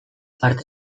parte